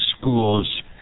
schools